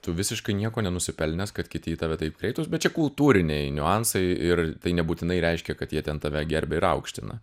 tu visiškai niekuo nenusipelnęs kad kiti į tave taip kreiptųs bet čia kultūriniai niuansai ir tai nebūtinai reiškia kad jie ten tave gerbia ir aukština